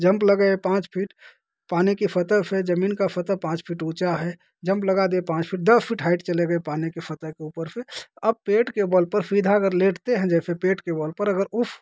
jump लगेगा पाँच feet पानी की सतह से जमीन का सतह पाँच फिट ऊँचा है जंप लगा दिए पाँच फिट दस फिट चले गए पानी के सतह के ऊपर से अब पेट पर बल पर सीधा अगर लेटते हैं जैसे पेट के बल पर अगर उस